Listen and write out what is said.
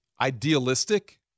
idealistic